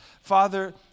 Father